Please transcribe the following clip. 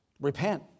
Repent